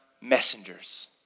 Messengers